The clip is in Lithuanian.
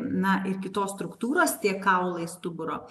na ir kitos struktūros tie kaulai stuburo